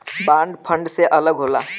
bond fund से अलग होला